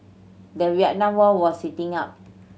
the Vietnam War was heating up